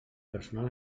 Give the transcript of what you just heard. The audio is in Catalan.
personal